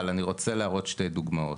אבל אני רוצה להראות שתי דוגמאות: